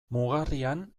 mugarrian